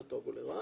לטוב או לרע,